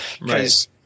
Right